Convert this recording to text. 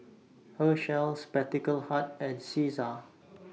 Herschel Spectacle Hut and Cesar